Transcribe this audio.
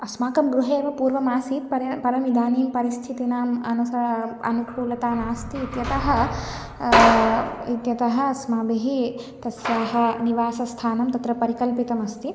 अस्माकं गृहे एव पूर्वमासीत् परं परम् इदानीं परिस्थितेः अनुसरम् अनुकूलता नास्ति इत्यतः इत्यतः अस्माभिः तस्याः निवासस्थानं तत्र परिकल्पितम् अस्ति